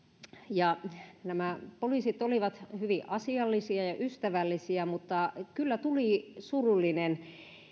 nämä poliisit olivat hyvin asiallisia ja ystävällisiä mutta kyllä tuli surullinen